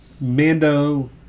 Mando